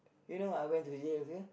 you know I went to jail